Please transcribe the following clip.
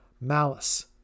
malice